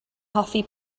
hoffi